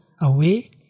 away